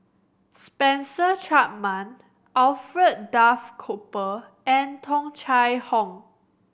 Spencer Chapman Alfred Duff Cooper and Tung Chye Hong